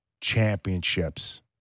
championships